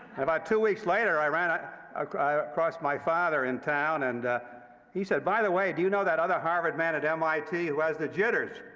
about two weeks later, i ran across across my father in town, and he said, by the way, do you know that other harvard man at mit who has the jitters?